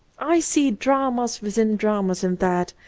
i see dramas within dramas in that,